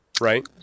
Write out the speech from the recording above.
Right